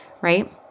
right